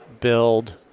build